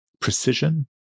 precision